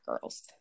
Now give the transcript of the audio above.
girls